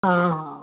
ହଁ ହଁ